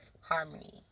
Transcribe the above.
harmony